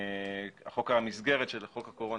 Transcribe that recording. חוק המסגרת של חוק הקורונה,